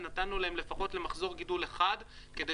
ונתנו להם לפחות במחזור גידול אחד כדי